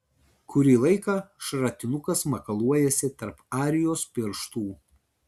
kurį laiką šratinukas makaluojasi tarp arijos pirštų